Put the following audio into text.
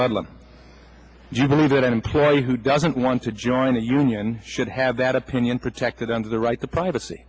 ludlum do you believe that an employee who doesn't want to join the union should have that opinion protected under the right to privacy